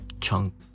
Chunk